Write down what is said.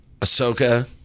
Ahsoka